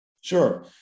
Sure